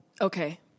Okay